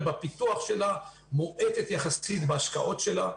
בפיתוח שלה ומואטת יחסית בהשקעות שלה.